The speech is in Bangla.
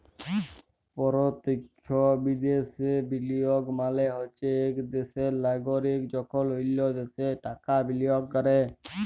পরতখ্য বিদ্যাশে বিলিয়গ মালে হছে ইক দ্যাশের লাগরিক যখল অল্য দ্যাশে টাকা বিলিয়গ ক্যরে